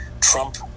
Trump